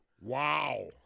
Wow